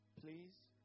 Please